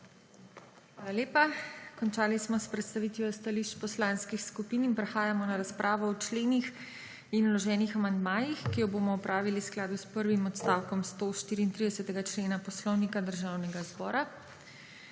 Hvala lepa. Končali smo predstavitev stališč poslanskih skupin. Prehajamo na razpravo o členih in vloženih amandmajih, ki jo bomo opravili v skladu s prvim odstavkom 134. člena Poslovnika Državnega zbora.